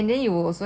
it will have